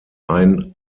ein